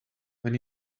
when